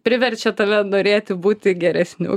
priverčia tave norėti būti geresniu